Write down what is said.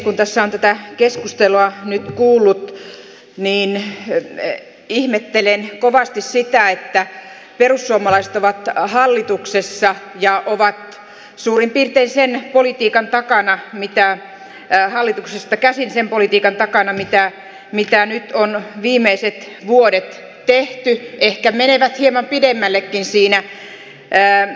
kun tässä on tätä keskustelua nyt kuullut niin ihmettelen kovasti sitä että perussuomalaiset ovat hallituksessa ja ovat suurin piirtein sen politiikan takana mitä hallituksesta käsin sen politiikan takana mitään mikä nyt on viimeiset vuodet tehty ehkä menevät hieman pidemmällekin siinä